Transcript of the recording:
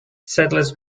seedless